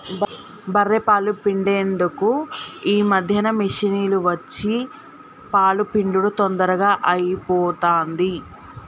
బఱ్ఱె పాలు పిండేందుకు ఈ మధ్యన మిషిని వచ్చి పాలు పిండుడు తొందరగా అయిపోతాంది